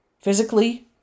physically